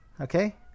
Okay